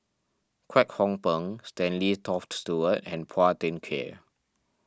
Kwek Hong Png Stanley Toft Stewart and Phua Thin Kiay